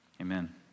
Amen